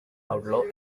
outlaw